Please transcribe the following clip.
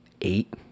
eight